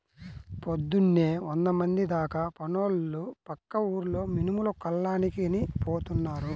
పొద్దున్నే వందమంది దాకా పనోళ్ళు పక్క ఊర్లో మినుములు కల్లానికని పోతున్నారు